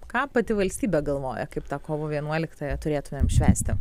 ką pati valstybė galvoja kaip tą kovo vienuoliktąją turėtumėm švęsti